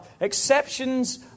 Exceptions